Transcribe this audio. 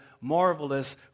marvelous